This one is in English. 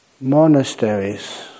monasteries